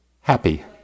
Happy